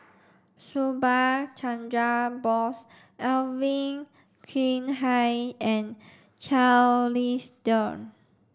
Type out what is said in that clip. Subha Chandra Bose Alvin Yeo Khirn Hai and Charles Dyce